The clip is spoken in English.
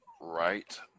right